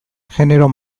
genero